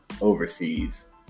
overseas